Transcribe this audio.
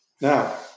Now